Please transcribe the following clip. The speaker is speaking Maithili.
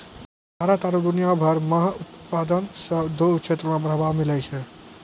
भारत आरु दुनिया भर मह उत्पादन से उद्योग क्षेत्र मे बढ़ावा मिलै छै